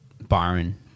Byron